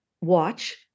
watch